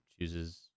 chooses